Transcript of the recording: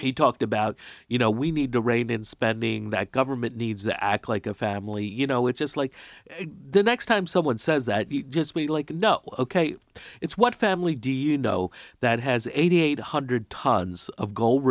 he talked about you know we need to rein in spending that government needs to act like a family you know it's like the next time someone says that just me like no ok it's what family do you know that has eighty eight hundred tons of